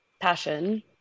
passion